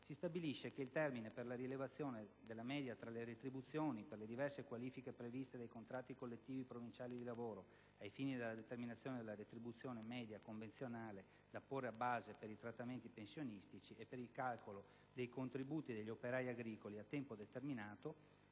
si stabilisce che il termine per la rilevazione della media tra le retribuzioni per le diverse qualifiche previste dai contratti collettivi provinciali di lavoro ai fini della determinazione della retribuzione media convenzionale da porre a base per i trattamenti pensionistici e per il calcolo dei contributi degli operai agricoli a tempo determinato